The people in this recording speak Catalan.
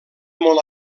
molt